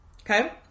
okay